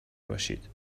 باشید